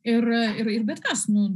ir ir ir bet kas nu